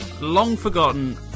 long-forgotten